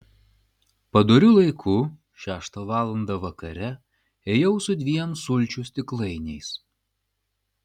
padoriu laiku šeštą valandą vakare ėjau su dviem sulčių stiklainiais